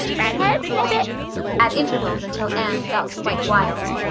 redheaded snippet at intervals until anne felt quite wild.